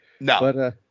No